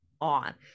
on